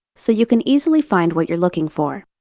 so you can easily find what you're looking for.